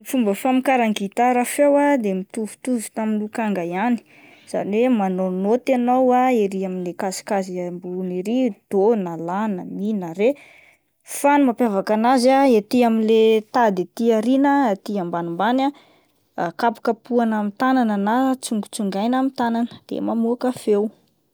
Ny fomba famokaran'ny gitara feo ah de mitovitovy tamin'ny lokanga ihany izany hoe manao naoty ianao ery kazikazy ambony ery: dô na la na mi na re, fa ny mampiavaka anazya ah ety amin'le tady aty aoriana aty ambanimbany, kapokapoina amin'ny tanàna na tsongotsongaina amn'ny tanàna de mamoaka feo.